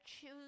choose